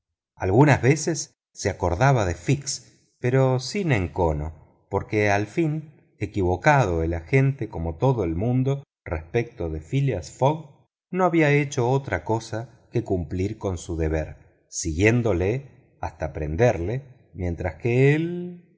algunas veces se acordaba de fix pero sin encono porque al fin equivocado el agente como todo el mundo respecto de phileas fogg no había hecho otra cosa que cumplir con su deber siguiéndolo hasta prenderlo mientras que él